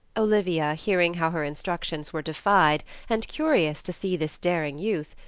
olivia, hearing how her instructions were defied and curious to see this daring youth,